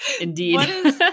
Indeed